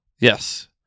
yes